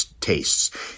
tastes